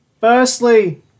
Firstly